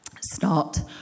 Start